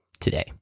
today